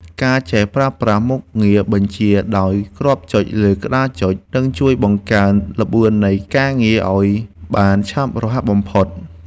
ការចេះប្រើប្រាស់មុខងារបញ្ជាដោយគ្រាប់ចុចលើក្តារចុចនឹងជួយបង្កើនល្បឿននៃការធ្វើការងារឱ្យបានឆាប់រហ័សបំផុត។